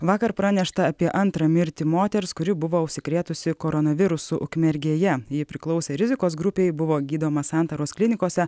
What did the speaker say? vakar pranešta apie antrą mirtį moters kuri buvo užsikrėtusi koronavirusu ukmergėje ji priklausė rizikos grupei buvo gydoma santaros klinikose